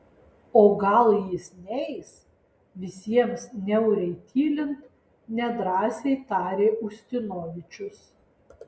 o gal jis neis visiems niauriai tylint nedrąsiai tarė ustinovičius